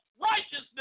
righteousness